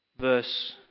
verse